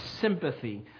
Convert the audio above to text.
sympathy